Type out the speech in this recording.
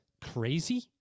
crazy